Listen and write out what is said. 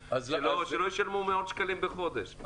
שלא ישלמו מאות שקלים בחודש.